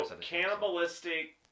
Cannibalistic